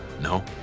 No